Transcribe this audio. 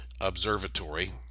observatory